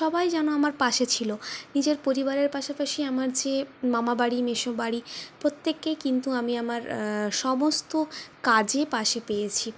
সবাই যেন আমার পাশে ছিল নিজের পরিবারের পাশাপাশি আমার যে মামাবাড়ি মেসোবাড়ি প্রত্যেককেই কিন্তু আমি আমার সমস্ত কাজে পাশে পেয়েছি